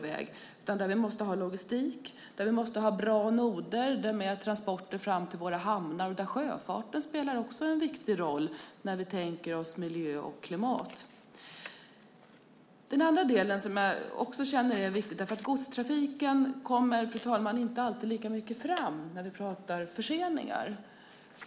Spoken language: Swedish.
Vi måste ha logistik, och vi måste ha bra noder med transporter fram till våra hamnar, där sjöfarten spelar en viktig roll när vi tänker på miljö och klimat. Sedan till en annan del som jag känner är viktig. Godstrafiken kommer inte alltid fram lika mycket, fru talman, när vi pratar om förseningar.